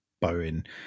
Bowen